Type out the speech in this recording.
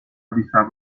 بیصبرانه